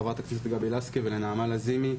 חברת הכנסת גבי לסקי ולנעמה לזימי,